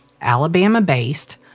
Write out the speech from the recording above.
Alabama-based